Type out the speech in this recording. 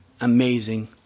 amazing